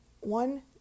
One